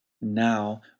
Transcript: Now